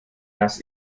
das